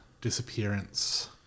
disappearance